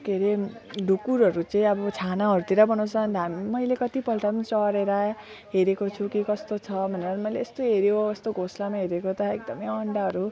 के अरे ढुक्कुरहरू चाहिँ अब छानाहरूतिर बनाउँछ अनि त मैले कतिपल्ट पनि चढेर हेरेको छु कि कस्तो छ भनेर मैले यस्तो हेर्यो यस्तो घोसलामा हेरेको त एकदमै अन्डाहरू